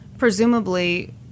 Presumably